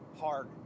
Hard